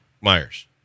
Myers